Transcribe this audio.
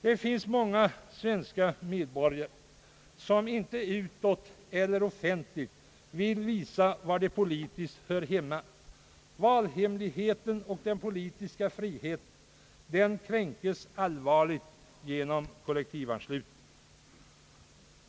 Det finns många svenska medborgare, som inte offentligt vill visa var de politiskt hör hemma. Valhemligheten och den politiska friheten kränks allvarligt genom kollektivanslutningen.